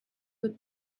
would